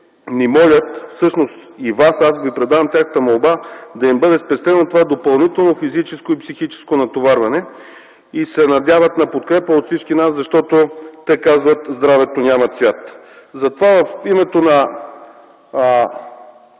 ни молят, всъщност и Вас. Аз Ви предавам тяхната молба – да им бъде спестено това допълнително физическо и психическо натоварване, и се надяват на подкрепа от всички нас, защото те казват: здравето няма цвят. Аз имам приятел,